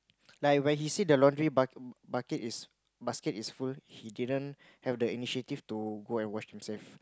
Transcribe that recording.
like when he see the laundry buck bucket is basket is full he didn't have the initiative to go and wash himself